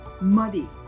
muddy